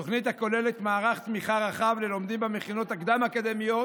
תוכנית הכוללת מערך תמיכה רחב ללומדים במכינות הקדם-אקדמיות